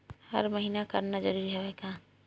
हर महीना करना जरूरी हवय का?